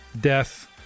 death